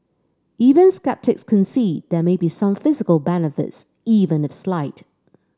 even sceptics concede there may be some physical benefits even if slight